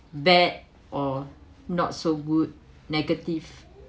bad or not so good negative